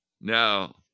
Now